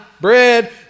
bread